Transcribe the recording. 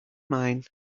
mind